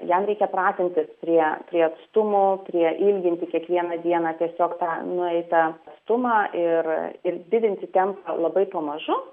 jam reikia pratintis prie prie atstumo prie ilginti kiekvieną dieną tiesiog tą nueitą atstumą ir ir didinti tempą labai pamažu